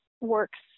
works